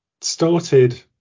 started